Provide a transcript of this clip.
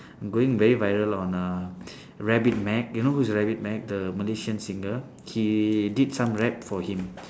going very viral on uh rabbit mac you know who's rabbit mac the malaysian singer he did some rap for him